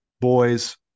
boys